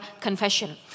confession